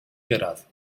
gyrraedd